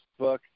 Facebook